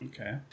Okay